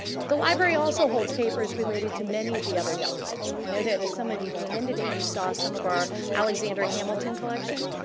but the library also holds papers related to many of the other delegates. i know that, as some of you came in today, you saw some of our alexander hamilton collection.